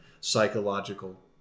psychological